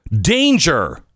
danger